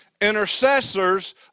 intercessors